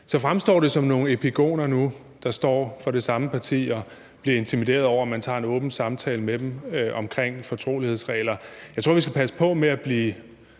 så fremstår det som nogle epigoner nu, der står for det samme parti og bliver intimideret over, at man tager en åben samtale med dem om fortrolighedsregler. Jeg tror, vi skal passe på med at blive